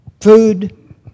food